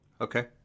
Okay